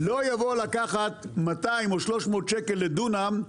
לא יבוא לקחת 200 או 300 שקל לדונם,